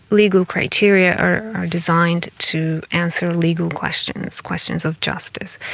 legal criteria are designed to answer legal questions, questions of justice.